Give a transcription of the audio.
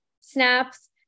snaps